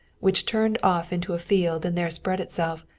which turned off into a field and there spread itself,